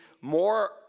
more